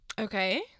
okay